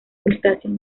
crustáceos